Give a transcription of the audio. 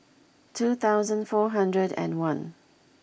two thousand four hundred and one